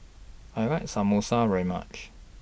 I like Samosa very much